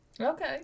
okay